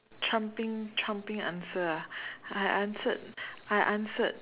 trumping trumping answer ah I answered I answered